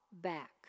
back